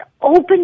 open